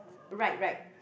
right right